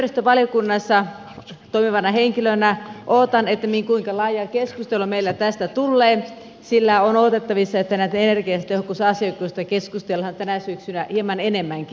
itse ympäristövaliokunnassa toimivana henkilönä odotan kuinka laajaa keskustelua meillä tästä tulee sillä on odotettavissa että näistä energiatehokkuusasioista keskustellaan tänä syksynä hieman enemmänkin